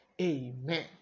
amen